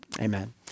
amen